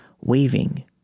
waving